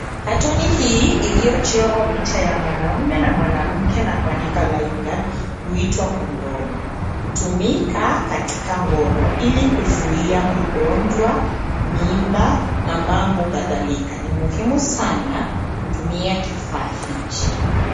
Katoni hii iliyochorwa picha ya mwanaume na mwanamke na kuandika, Life Guard, huitwa kondomu. Hutumika katika ngono ili kuzuia magonjwa, mimba, na mambo kadhalika. Ni muhimu sana kutumia kifaa hiki.